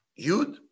Yud